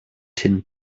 tin